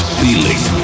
feeling